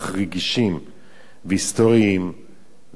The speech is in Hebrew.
והיסטוריים וקדושים לעם ישראל,